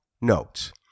notes